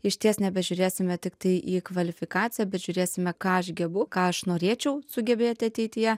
išties nebežiūrėsime tiktai į kvalifikaciją bet žiūrėsime ką aš gebu ką aš norėčiau sugebėti ateityje